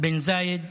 בן זאיד,